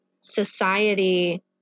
society